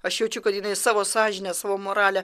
aš jaučiu kad jinai savo sąžine savo morale